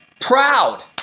Proud